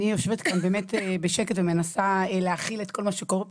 אני יושבת כאן באמת בשקט ומנסה להכיל את כל מה שקורה פה,